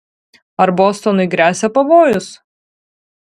ar bostonui gresia pavojus